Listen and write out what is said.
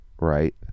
right